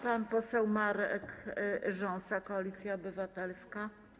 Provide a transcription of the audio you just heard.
Pan poseł Marek Rząsa, Koalicja Obywatelska.